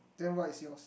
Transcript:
then what is yours